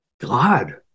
God